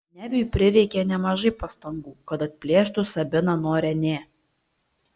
neviui prireikė nemažai pastangų kad atplėštų sabiną nuo renė